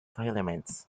filaments